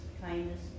kindness